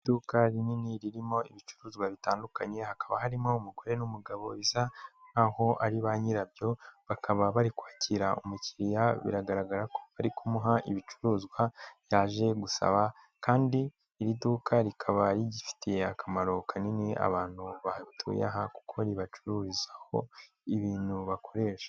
Iduka rinini ririmo ibicuruzwa bitandukanye hakaba harimo umugore n'umugabo bisa nkaho ari banyirabyo, bakaba bari kwakira umukiriya biragaragara ko bari kumuha ibicuruzwa yaje gusaba kandi iri duka rikaba rigifitiye akamaro kanini abantu batuye aha kuko ribacururizaho ibintu bakoresha.